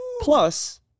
Plus